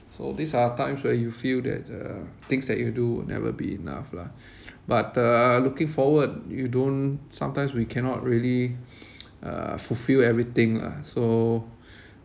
so these are times where you feel that uh things that you do will never be enough lah but uh looking forward you don't sometimes we cannot really uh fulfill everything lah so